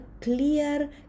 clear